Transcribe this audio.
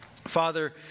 Father